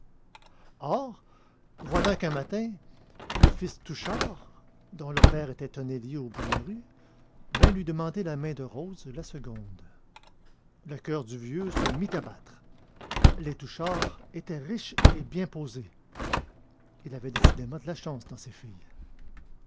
voilà qu'un matin le fils touchard dont le père était tonnelier au bout de la rue vint lui demander la main de rose la seconde le coeur du vieux se mit à battre les touchard étaient riches et bien posés il avait décidément de la chance dans ses filles